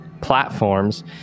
platforms